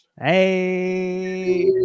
Hey